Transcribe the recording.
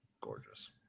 gorgeous